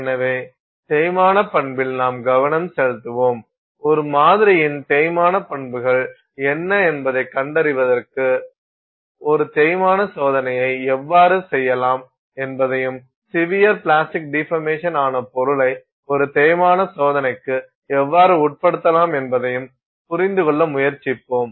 எனவே தேய்மான பண்பில் நாம் கவனம் செலுத்துவோம் ஒரு மாதிரியின் தேய்மான பண்புகள் என்ன என்பதைக் கண்டறிவதற்கு ஒரு தேய்மான சோதனையை எவ்வாறு செய்யலாம் என்பதையும் சிவியர் பிளாஸ்டிக் டிபர்மேஷன் ஆன பொருளை ஒரு தேய்மான சோதனைக்கு எவ்வாறு உட்படுத்தலாம் என்பதையும் புரிந்து கொள்ள முயற்சிப்போம்